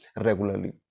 regularly